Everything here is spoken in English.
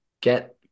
get